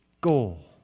goal